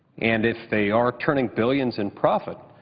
and if they are turning billions in profit,